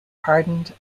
pardoned